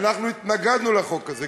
כי אנחנו התנגדנו לחוק הזה,